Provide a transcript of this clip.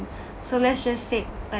so let's just take like